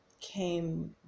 came